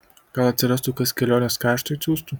gal atsirastų kas kelionės kaštui atsiųstų